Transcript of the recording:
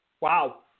Wow